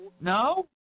No